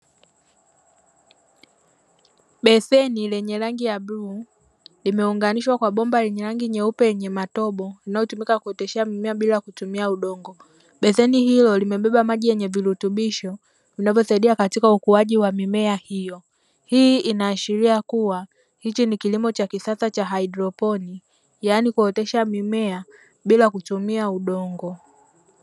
Beseni lenye rangi ya bluu limeunganishwa na bomba jeupe lenye matobo, linalotumika kuoteshea mimea bila kutumia udongo. Beseni hilo limebeba maji yenye virutubisho vinavyosaidia katika ukuaji wa mimea hiyo. Hii inaashiria kuwa hichi ni kilimo cha kisasa cha haidroponi, yani kuotesha mimea bila kutumia udongo.